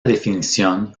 definición